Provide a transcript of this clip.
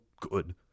good